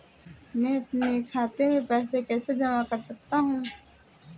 मैं अपने खाते में पैसे कैसे जमा कर सकता हूँ?